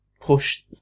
push